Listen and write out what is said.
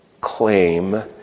claim